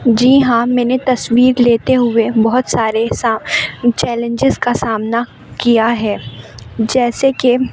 جی ہاں میں نے تصویر لیتے ہوئے بہت سارے سا چیلنجر کا سامنا کیا ہے جیسے کہ